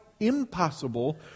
impossible